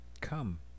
Come